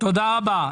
תודה רבה.